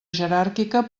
jeràrquica